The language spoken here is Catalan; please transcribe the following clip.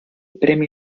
premi